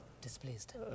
displaced